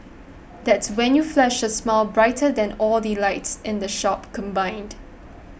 that's when you flash a smile brighter than all the lights in the shop combined